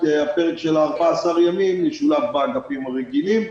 הפרק של 14 הימים וישולב באגפים הרגילים.